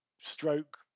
stroke